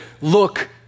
look